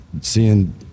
seeing